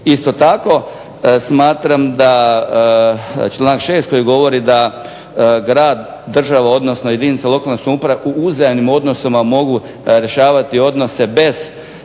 Isto tako smatram da članak 6. koji govori da grad, država, odnosno jedinica lokalne samouprave u uzajamnim odnosima mogu rješavati odnose bez